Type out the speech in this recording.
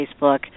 Facebook